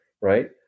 right